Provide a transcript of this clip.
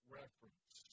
reference